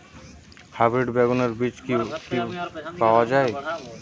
Hybrid বেগুনের বীজ কি পাওয়া য়ায়?